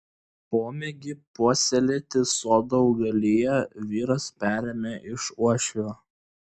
pomėgį puoselėti sodo augaliją vyras perėmė iš uošvio